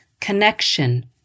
connection